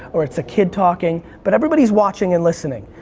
or it's a kid talking but everybody's watching and listening.